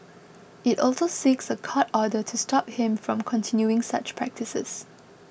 it also seeks a court order to stop him from continuing such practices